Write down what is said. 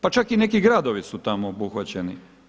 Pa čak i neki gradovi su tamo obuhvaćeni.